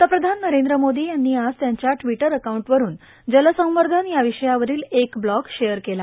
पंतप्रधान नरेंद्र मोदी यांनी आज त्यांच्या ट्विटर अकाऊंटवरून जलसंवर्षन या वि यावरील एक ब्लॉगमधून ीअर केला